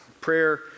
Prayer